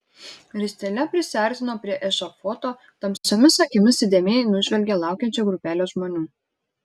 ristele prisiartino prie ešafoto tamsiomis akimis įdėmiai nužvelgė laukiančią grupelę žmonių